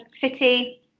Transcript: city